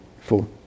four